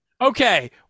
Okay